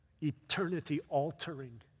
eternity-altering